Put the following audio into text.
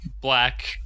black